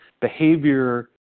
behavior